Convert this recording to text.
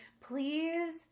please